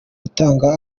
gutanga